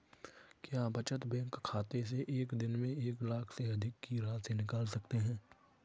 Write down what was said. क्या बचत बैंक खाते से एक दिन में एक लाख से अधिक की राशि निकाल सकते हैं?